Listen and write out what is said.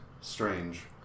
Strange